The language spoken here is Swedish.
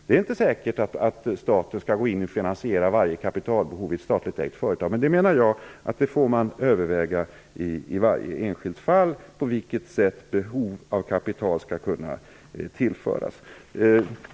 Det är inte säkert att staten skall gå in och finansiera varje kapitalbehov i ett statligt ägt företag, men man får överväga i varje enskilt fall på vilket sätt kapital skall kunna tillföras.